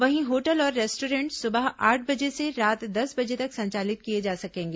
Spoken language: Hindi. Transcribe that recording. वहीं होटल और रेस्टॉरेंट सुबह आठ बजे से रात दस बजे तक संचालित किए जा सकेंगे